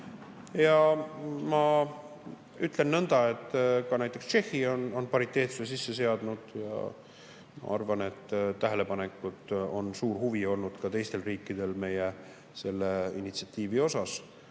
Ma ütlen nõnda, et ka näiteks Tšehhi on pariteetsuse sisse seadnud, ja tähelepanekute järgi on suur huvi olnud ka teistel riikidel meie selle initsiatiivi vastu.